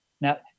Now